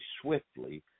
swiftly